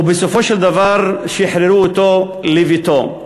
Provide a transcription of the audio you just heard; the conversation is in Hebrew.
ובסופו של דבר שחררו אותו לביתו.